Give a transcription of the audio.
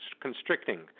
constricting